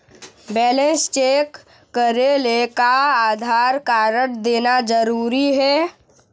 Balance check करेले का Aadhaar card देना जरूरी हे?